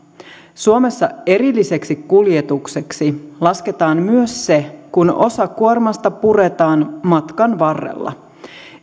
suomessa erilliseksi kuljetukseksi lasketaan myös se kun osa kuormasta puretaan matkan varrella